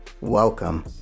welcome